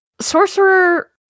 Sorcerer